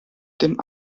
dem